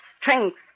strength